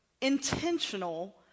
intentional